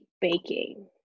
baking